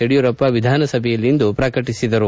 ಯಡಿಯೂರಪ್ಪ ವಿಧಾನಸಭೆಯಲ್ಲಿಂದು ಪ್ರಕಟಿಸಿದರು